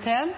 vil presidenten foreslå at taletiden blir begrenset til